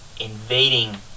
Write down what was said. invading